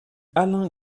alain